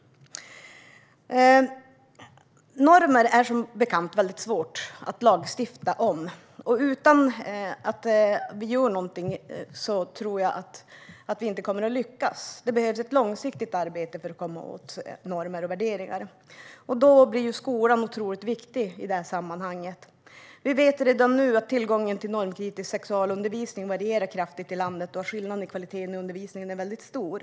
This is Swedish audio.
Det är som bekant väldigt svårt att lagstifta om normer, och jag tror inte att vi kommer att lyckas utan att göra någonting. Det behövs ett långsiktigt arbete för att komma åt normer och värderingar, och då blir skolan otroligt viktig i sammanhanget. Vi vet redan nu att tillgången till normkritisk sexualundervisning varierar kraftigt i landet och att skillnaden i kvalitet i undervisningen är väldigt stor.